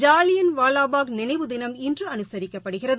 ஜாலியன் வாலாபாக் நினைவுதினம் இன்றுஅனுசிக்கப்படுகிறது